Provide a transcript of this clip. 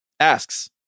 Asks